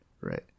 right